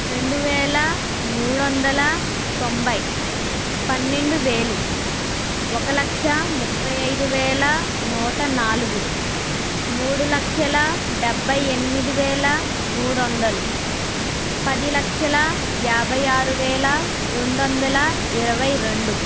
రెండు వేల మూడు వందల తొంభై పన్నెండు వేలు ఒక్క లక్ష ముప్పై ఐదు వేల నూట నాలుగు మూడు లక్షల డెబ్బై ఎనిమిది వేల మూడు వందలు పది లక్షల యాభై ఆరు వేల రెండు వందల ఇరవై రెండు